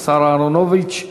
השר אהרונוביץ,